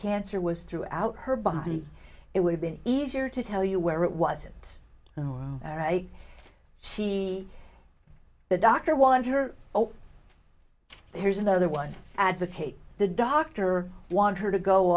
cancer was throughout her body it would have been easier to tell you where it was it she the doctor want her oh here's another one advocate the doctor want her to go